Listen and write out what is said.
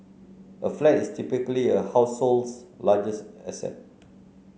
a flat is typically a household's largest asset